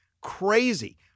crazy